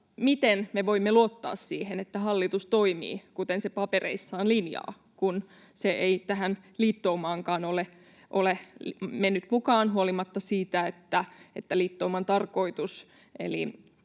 miten me voimme luottaa siihen, että hallitus toimii, kuten se papereissaan linjaa, kun se ei tähän liittoumaankaan ole mennyt mukaan huolimatta siitä, että liittouman tarkoitus — eli